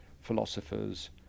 philosophers